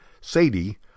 sadie